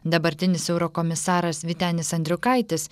dabartinis eurokomisaras vytenis andriukaitis